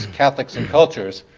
catholics and cultures,